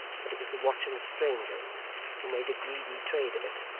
but it was the watching of strangers who made a greedy trade of it,